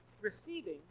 Receiving